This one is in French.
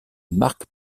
mark